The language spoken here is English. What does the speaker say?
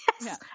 Yes